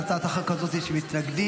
להצעת החוק הזאת יש מתנגדים.